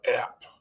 app